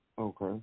Okay